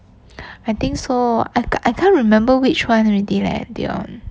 I think so I I can't remember which one already leh dion